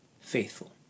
faithful